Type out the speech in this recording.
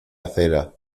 acera